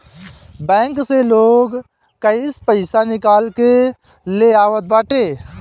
bank से लोग cash पईसा निकाल के ले आवत बाटे